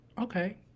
Okay